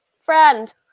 friend